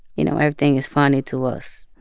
you know, everything is funny to us.